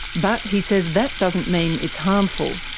but he says that doesn't mean it's harmful.